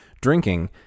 drinking